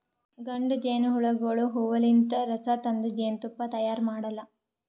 ಗಂಡ ಜೇನಹುಳಗೋಳು ಹೂವಲಿಂತ್ ರಸ ತಂದ್ ಜೇನ್ತುಪ್ಪಾ ತೈಯಾರ್ ಮಾಡಲ್ಲಾ